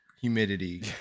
humidity